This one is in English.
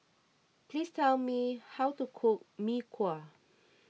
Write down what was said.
please tell me how to cook Mee Kuah